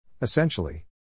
Essentially